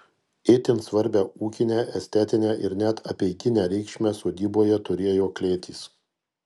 itin svarbią ūkinę estetinę ir net apeiginę reikšmę sodyboje turėjo klėtys